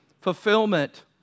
fulfillment